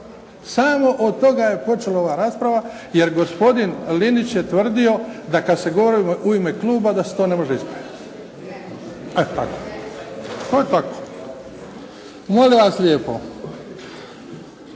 Samo od toga je počela ova rasprava jer gospodin Linić je tvrdio da kad se govori u ime kluba da se to ne može ispraviti. Molim vas lijepo,